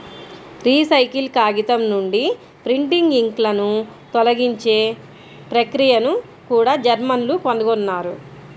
recycle కాగితం నుండి printing ఇంక్లను తొలగించే ప్రక్రియను కూడా జర్మన్లు కనుగొన్నారు